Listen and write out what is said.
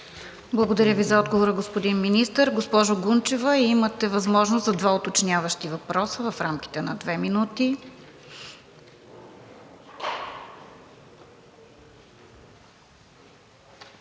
Благодаря Ви за отговора, господин Министър. Госпожо Гунчева, имате възможност за два уточняващи въпроса в рамките на две минути.